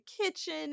kitchen